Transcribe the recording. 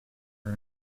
are